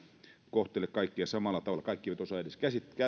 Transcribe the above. kohtele kaikkia ihan samalla tavalla kaikki eivät osaa edes